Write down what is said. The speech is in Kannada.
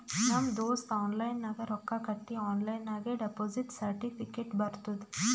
ನಮ್ ದೋಸ್ತ ಆನ್ಲೈನ್ ನಾಗ್ ರೊಕ್ಕಾ ಕಟ್ಟಿ ಆನ್ಲೈನ್ ನಾಗೆ ಡೆಪೋಸಿಟ್ ಸರ್ಟಿಫಿಕೇಟ್ ಬರ್ತುದ್